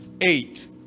eight